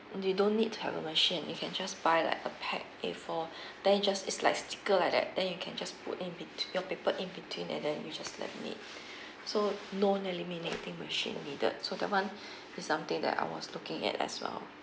you don't need to have a machine you can just buy like a pack A four then you just it's like sticker like that then you can just put in between your paper in between and then you just laminate so no laminating machine needed so that one is something that I was looking at as well